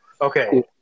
Okay